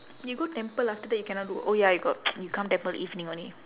you go temple after that you cannot go oh ya you got you come temple evening only